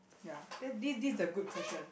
ya that this this a good question